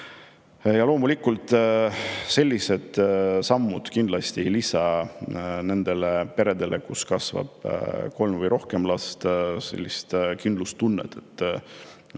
Loomulikult sellised sammud ei lisa nendele peredele, kus kasvab kolm või rohkem last, kindlustunnet, et